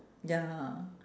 ya